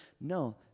No